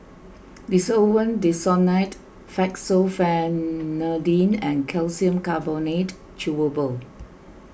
Desowen Desonide Fexofenadine and Calcium Carbonate Chewable